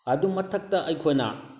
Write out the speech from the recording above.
ꯑꯗꯨ ꯃꯊꯛꯇ ꯑꯩꯈꯣꯏꯅ